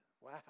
Wow